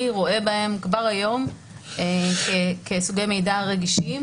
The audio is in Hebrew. רואה בהם כבר היום סוגי מידע רגישים.